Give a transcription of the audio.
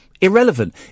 Irrelevant